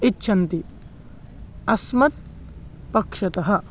इच्छन्ति अस्मत् पक्षतः